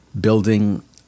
building